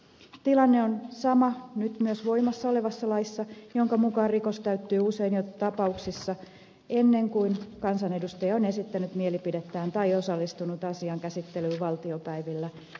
tilanne on sama nyt myös voimassa olevassa laissa jonka mukaan rikos täyttyy usein tapauksissa jo ennen kuin kansanedustaja on esittänyt mielipidettään tai osallistunut asian käsittelyyn valtiopäivillä